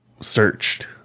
searched